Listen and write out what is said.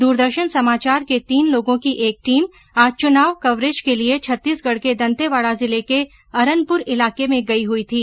दूरदर्शन समाचार के तीन लोगों की एक टीम आज चुनाव कवरेज के लिए छत्तीसगढ के दंतेवाडा जिले के अरनपुर इलाके में गई हई थी